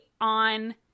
on